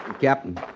Captain